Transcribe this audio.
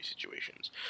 situations